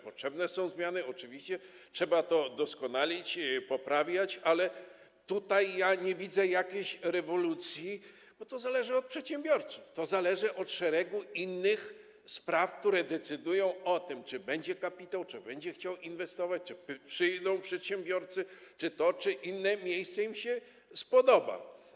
Potrzebne są zmiany, oczywiście, trzeba to doskonalić, poprawiać, ale nie widzę tutaj jakiejś rewolucji, bo to zależy od przedsiębiorców, zależy od szeregu innych spraw, które decydują o tym, czy będzie kapitał, czy będzie chęć inwestowania, czy przyjdą przedsiębiorcy i czy to, czy inne miejsce im się spodoba.